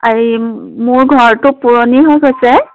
হেৰি মোৰ ঘৰটো পুৰণি হৈ গৈছে